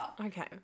okay